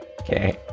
Okay